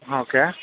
okay